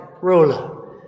ruler